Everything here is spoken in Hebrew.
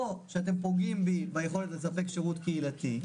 או שאתם פוגעים בי ביכולת לספק שירות קהילתי,